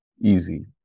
easy